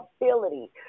ability